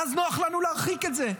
ואז נוח לנו להרחיק את זה.